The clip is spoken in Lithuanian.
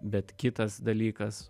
bet kitas dalykas